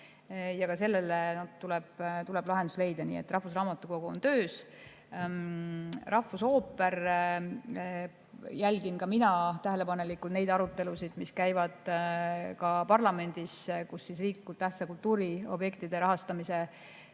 ja ka sellele tuleb lahendus leida. Nii et rahvusraamatukogu on töös. Rahvusooper. Jälgin ka mina tähelepanelikult neid arutelusid, mis käivad ka parlamendis, kus riiklikult tähtsate kultuuriobjektide rahastamise